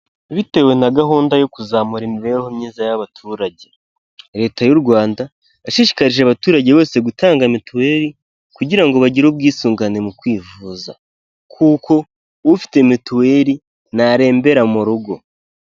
Bitewe na gahunda yo kuzamura imibereho myiza y'abaturage, leta y'u Rwanda yashishikarije abaturage bose gutanga mituweli kugirango bagire ubwisungane mu kwivuza, kuko ufite mituweri ntarembera mu rugo.